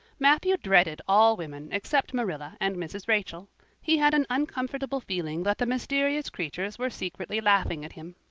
matthew dreaded all women except marilla and mrs. rachel he had an uncomfortable feeling that the mysterious creatures were secretly laughing at him.